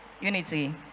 Unity